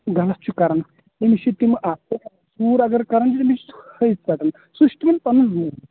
غلط چھُ کران تٔمِس چھِ تِم ژوٗر اَگر کرن تٔمِس چھِ ۂژۍ ژَٹان سُہ چھُ تِمن پَنُن روٗل